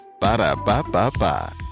Ba-da-ba-ba-ba